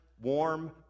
warm